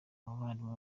umuvandimwe